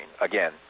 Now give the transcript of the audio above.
again